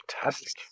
Fantastic